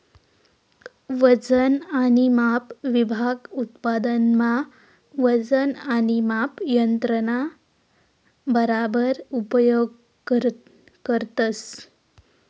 वजन आणि माप विभाग उत्पादन मा वजन आणि माप यंत्रणा बराबर उपयोग करतस